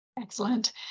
Excellent